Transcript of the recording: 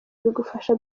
bigufasha